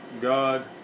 God